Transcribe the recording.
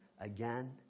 Again